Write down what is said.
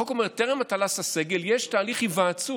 החוק אומר: טרם הטלת הסגר יש תהליך היוועצות.